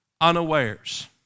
unawares